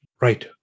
Right